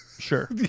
sure